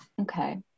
Okay